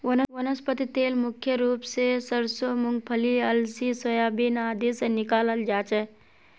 वनस्पति तेल मुख्य रूप स सरसों मूंगफली अलसी सोयाबीन आदि से निकालाल जा छे